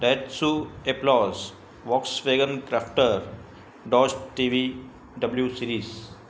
टेत्सू applause Volkswagen Crafter DOS T V W series